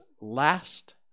last